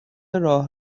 راه